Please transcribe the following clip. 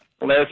last